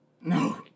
No